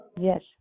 Yes